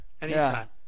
Anytime